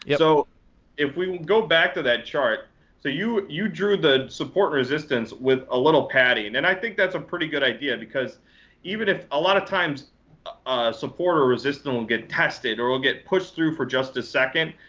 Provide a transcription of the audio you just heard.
yeah so if we go back to that chart so you you drew the support resistance with a little padding, and and i think that's a pretty good idea, because even if a lot of times support or resistance will get tested, or it will get pushed through for just a second,